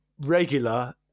regular